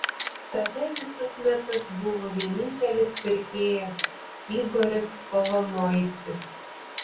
tada visus metus buvo vienintelis pirkėjas igoris kolomoiskis